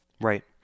right